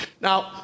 Now